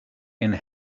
and